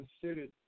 considered